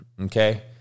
okay